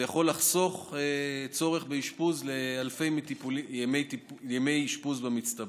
זה יכול לחסוך צורך באשפוז ואלפי ימי אשפוז במצטבר.